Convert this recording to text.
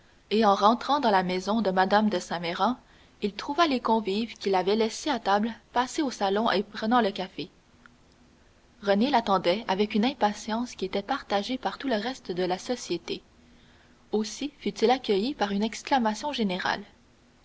et en rentrant dans la maison de mme de saint méran il trouva les convives qu'il avait laissés à table passés au salon en prenant le café renée l'attendait avec une impatience qui était partagée par tout le reste de la société aussi fut-il accueilli par une exclamation générale